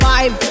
Five